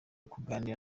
kuganira